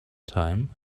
time